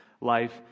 life